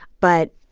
but,